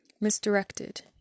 misdirected